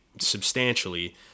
substantially